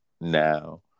now